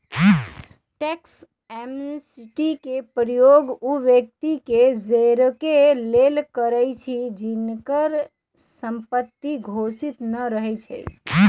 tax amnesty के प्रयोग उ व्यक्ति के जोरेके लेल करइछि जिनकर संपत्ति घोषित न रहै छइ